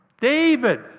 David